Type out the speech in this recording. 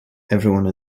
everyone